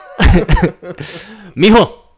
Mijo